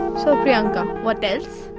so priyanka, what else?